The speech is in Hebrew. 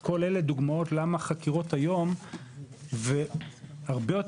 כל אלה דוגמאות למה חקירות היום הפכו להיות מורכבות